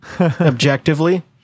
objectively